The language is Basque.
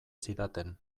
zidaten